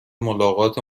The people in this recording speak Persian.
ملاقات